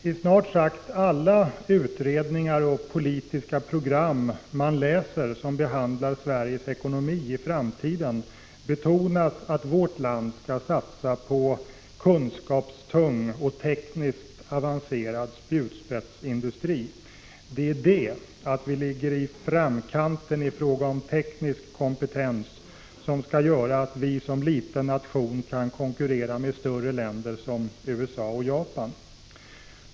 I snart sagt alla utredningar och politiska program man läser som behandlar Sveriges ekonomi i framtiden betonas att vårt land skall satsa på kunskapstung och tekniskt avancerad spjutspetsindustri. Det är det förhållandet att vi ligger i framkanten i fråga om teknisk kompetens som skall göra att vi som liten nation kan konkurrera med större länder som USA och Japan.